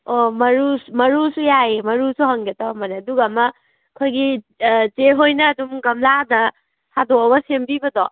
ꯑꯣ ꯃꯔꯨꯁꯨ ꯌꯥꯏꯌꯦ ꯃꯔꯨꯁꯨ ꯍꯪꯒꯦ ꯇꯧꯔꯝꯕꯅꯦ ꯑꯗꯨꯒ ꯑꯃ ꯑꯩꯈꯣꯏꯒꯤ ꯆꯦ ꯍꯣꯏꯅ ꯑꯗꯨꯝ ꯒꯝꯂꯥꯗ ꯊꯥꯗꯣꯛꯂꯒ ꯁꯦꯝꯕꯤꯕꯗꯣ